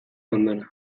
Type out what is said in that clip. andana